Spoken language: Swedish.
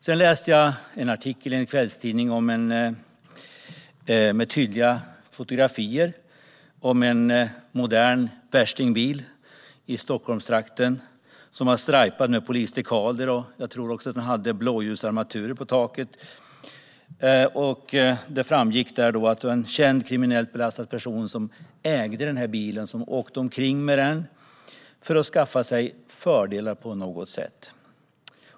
Sedan läste jag en artikel i en kvällstidning med tydliga fotografier av en modern värstingbil i Stockholmstrakten som var "strajpad" med polisdekaler. Jag tror att den också hade blåljusarmatur på taket. Det framgick att det var en känd kriminellt belastad person som ägde bilen och som åkte omkring med den för att skaffa sig fördelar på något sätt.